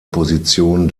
position